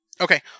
Okay